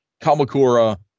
Kamakura